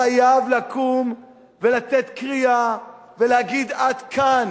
חייב לקום ולתת קריאה ולהגיד: עד כאן.